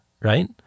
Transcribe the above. right